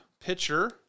pitcher